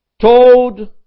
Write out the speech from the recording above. told